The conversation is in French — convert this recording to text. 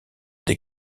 des